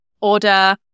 order